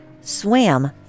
swam